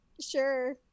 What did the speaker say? Sure